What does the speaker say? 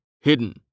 Hidden